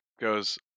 goes